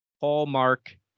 hallmark